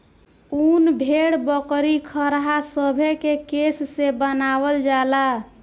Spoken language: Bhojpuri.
उन भेड़, बकरी, खरहा सभे के केश से बनावल जाला